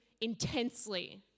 Intensely